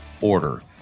order